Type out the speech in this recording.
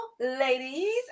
ladies